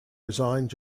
resigned